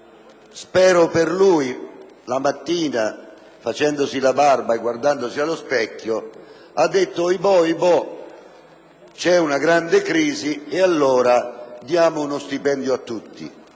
Franceschini, la mattina, facendosi la barba e guardandosi allo specchio, ha detto: «Ohibò, c'è una grande crisi e allora diamo uno stipendio a tutti».